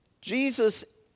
Jesus